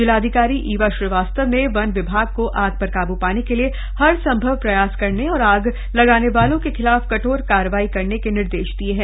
जिलाधिकारी ईवा श्रीवास्तव ने वन विभाग को आग पर काबू पाने के लिए हर संभव प्रयास करने और आग लगाने वालों के खिलाफ कठोर कार्रवाई करने के निर्देश दिए हैं